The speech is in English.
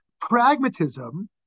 Pragmatism